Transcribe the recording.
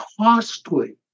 costly